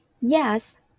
Yes